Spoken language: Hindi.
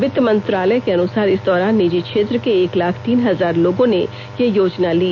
वित्त मंत्रालय के अनुसार इस दौरान निजी क्षेत्र के एक लाख तीन हजार लोगों ने यह योजना ली